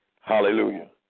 hallelujah